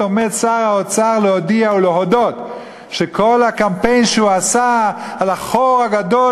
עומד שר האוצר להודיע ולהודות שכל הקמפיין שהוא עשה על החור הגדול